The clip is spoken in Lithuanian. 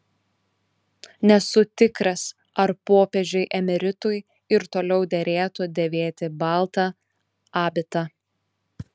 nesu tikras ar popiežiui emeritui ir toliau derėtų dėvėti baltą abitą